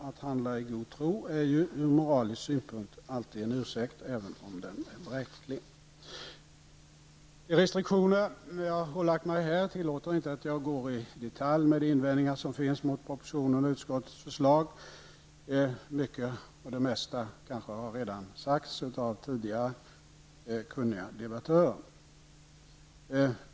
Att handla i god tro är ju från moralisk synpunkt alltid en ursäkt, även om den är bräcklig. De restriktioner som jag har ålagt mig här tillåter inte att jag går in i detalj på de invändningar som finns mot propositionen och utskottets förslag. Mycket har redan sagts av tidigare kunniga debattörer.